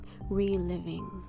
reliving